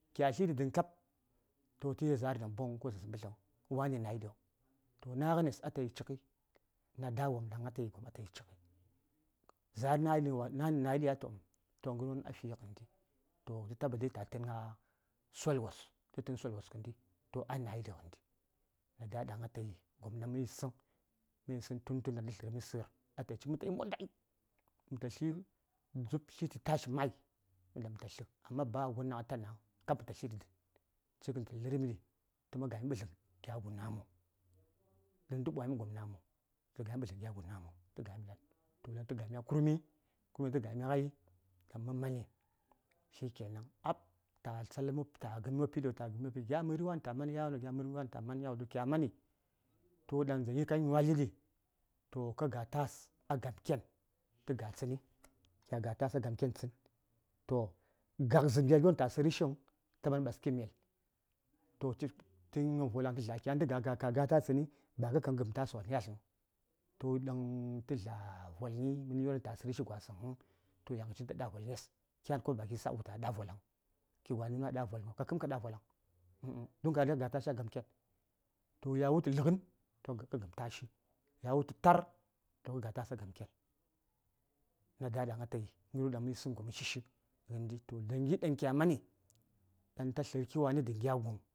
﻿Kya tli ɗi dən kab to tə yel za:r namboŋ ko za:rsə mbətləŋ wani nayi ɗiyo to naghanes a tayi cikghəi nada: wopm ɗaŋ atayi atayi gom cik za:r nayi ɗi wani nayi ɗya toh ghərwon a fi ghəndi toh tə tabatai ta tən gna solwos tə tə:n solwos ghəndi toh a nayi ɗi ghənɗi nada: ɗaŋ atayi gom ɗaŋ mə yisəŋ mə yisəŋ tun tun dan tə tlə:rmi sə:r atayi cik mətayi monda ai məta tli: tashi dzub tliti tashi mayi amma ba gon ɗaŋ ata naŋ məta tliɗi dən cik, kən təta lə:rmi ɗi təman gami ɓədtləm gya guŋ namu don tə ɓwami gom namu tə man ɓədləŋ gya guŋ namu tə gami ɗa ɗan toh ɗaŋ tə gami a kurmi kurmi ɗan tə gami ghai ɗaŋ mə mani shi kenan ahb ta tsal mob ta gəmmi wopi ɗio ta gəmmi wopi ɗio gya məri wani ta man yawono gya məri wani ta man yawono toh kya mani toh ɗan dzaŋgi ɗaŋ ka nywali ɗi toh ka ga ta:s a gamken tə tsəni ca ga tsəni toh gakzəm gya gyo ɗaŋ ba ta sərəshiŋ ta man ɓaski mel toh ci ci: nyom vwalaŋ tə yi dlaki ghai toga ga ka ga ta:s tsəni ba ka kəm kə gəm ta:s yatləŋ toh ɗaŋ tə dla vwalaŋyi mənyo ɗaŋ ta sərə shiŋ toh yaŋshi ghən ta ɗa: vwalaŋes kyan kuma ba kə isa a wultu a ɗa: vwalaŋ ki gwanə nu a ɗa: vwalaŋ ka kə:m ka ɗa: vwalaŋ don ka riga kə ga tashi a gamken. toh ca wultu ləghən toh kə gəm tashi ca wultu tar toh kə ga ta:s a gam ken toh da: ɗaŋ atayi ghəryo ɗaŋ mə yisəŋ gom mə shishi ghəndi toh dzaŋgi kya mani ɗan ta tlərki wani dən gya guŋ